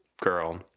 Girl